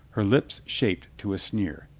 her lips shaped to a sneer.